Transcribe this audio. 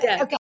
Okay